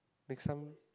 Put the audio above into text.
next time